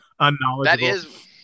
unknowledgeable